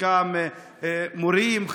חלקם מורים,